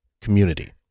community